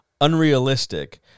unrealistic